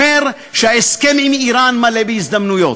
אומר שההסכם עם איראן מלא בהזדמנויות.